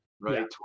right